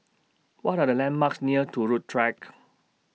What Are The landmarks near Turut Track